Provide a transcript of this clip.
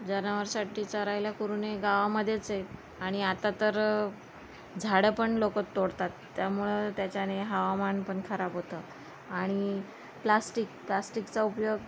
जनावरांसाठी चरायला कुरणे गावामध्येच आहे आणि आता तर झाडं पण लोक तोडतात त्यामुळं त्याच्याने हवामान पण खराब होतं आणि प्लॅस्टिक प्लॅस्टिकचा उपयोग